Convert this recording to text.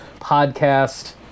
podcast